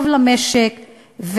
טוב למשק,